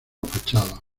fachada